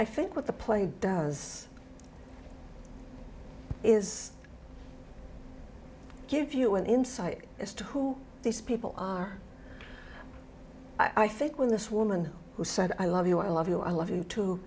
i think what the play does is give you an insight as to who these people are i think when this woman who said i love you i love you i love you too